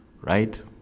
right